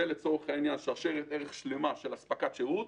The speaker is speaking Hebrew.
זאת שרשרת ערך שלמה של אספקת שירות.